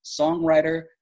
songwriter